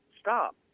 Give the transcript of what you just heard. stop